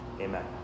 Amen